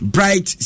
Bright